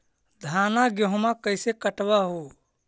धाना, गेहुमा कैसे कटबा हू?